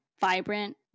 vibrant